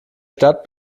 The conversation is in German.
stadt